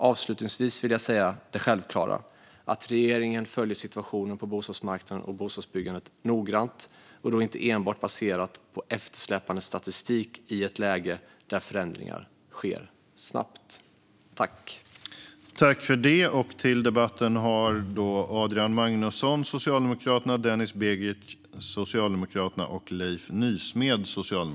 Avslutningsvis vill jag säga det självklara: Regeringen följer situationen på bostadsmarknaden och när det gäller bostadsbyggandet noggrant, och detta görs inte enbart baserat på eftersläpande statistik i ett läge där förändringar sker snabbt.